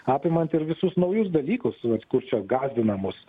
apimant ir visus naujus dalykus nes kur čia gasdina mus